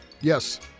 Yes